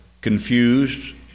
confused